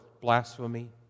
blasphemy